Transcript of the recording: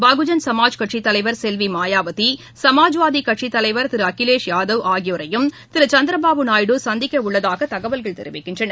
பகுஜன் சமாஜ் கட்சித் தலைவர் செல்வி மாயாவதி சமாஜ்வாதி கட்சித் தலைவர் திரு அகிலேஷ் யாதவ் ஆகியோரையும் திரு சந்திரபாபு நாயுடு சந்திக்க உள்ளதாக தகவல்கள் தெரிவிக்கின்றன